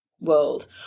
world